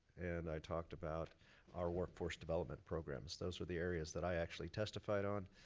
and i talked about our workforce development programs. those were the areas that i actually testified on.